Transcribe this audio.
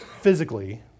physically